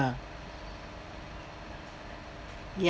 yup